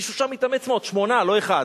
מישהו שם התאמץ מאוד, שמונה, לא אחד,